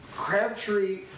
Crabtree